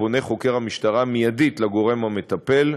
פונה חוקר המשטרה מיידית לגורם המטפל,